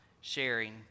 sharing